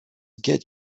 get